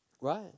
Right